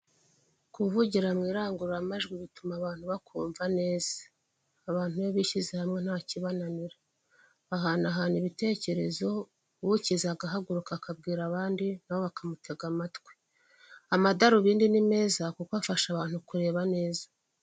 Kuvugira mu irangururamajwi bituma abantu bakumva neza, abantu iyo bishyize hamwe ntakibananira, bahanahana ibitekerezo ukizi agahaguruka akabwira abandi na bo bakamutega amatwi, amadarubindi ni meza kuko afasha abantu kureba neza.